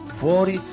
fuori